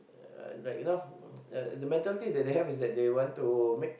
uh like you know uh the mentality that they want to make